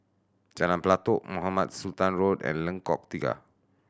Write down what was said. Jalan Pelatok Mohamed Sultan Road and Lengkok Tiga